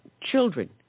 children